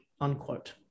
unquote